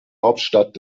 hauptstadt